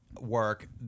work